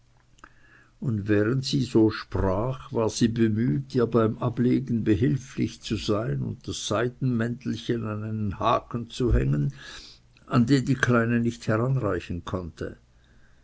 und während sie so sprach war sie bemüht ihr beim ablegen behilflich zu sein und das seidenmäntelchen an einen haken zu hängen an den die kleine nicht heranreichen konnte